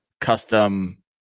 custom